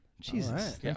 Jesus